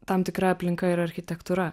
tam tikra aplinka ir architektūra